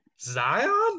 Zion